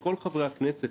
שכל חברי הכנסת,